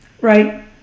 right